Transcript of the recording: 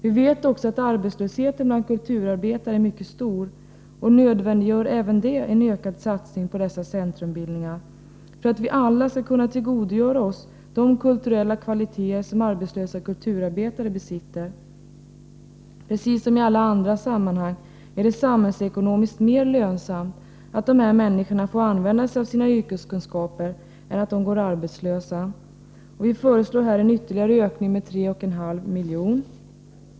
Vi vet också att arbetslösheten bland kulturarbetare är mycket stor, och även det nödvändiggör en ökad satsning på dessa centrumbildningar för att vi alla skall kunna tillgodogöra oss de kulturella kvaliteter som arbetslösa kulturarbetare besitter. Precis som i alla andra sammanhang är det samhällsekonomiskt mer lönsamt att dessa människor får använda sig av sina yrkeskunskaper än att de går arbetslösa. Vi föreslår här en ytterligare ökning med 3,5 milj.kr.